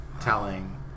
telling